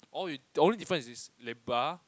all the only difference is this Lebar